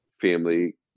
family